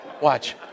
Watch